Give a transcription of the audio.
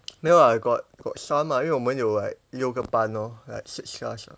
没有啦 got got some ah 因为我们有 like 六个班咯 like six class